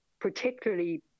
particularly